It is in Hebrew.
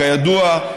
כידוע,